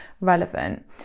relevant